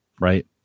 right